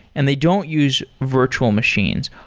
and they don't use virtual machines.